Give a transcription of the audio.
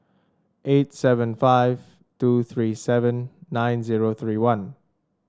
eight seven five two three seven nine zero three one